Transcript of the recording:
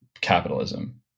capitalism